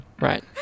Right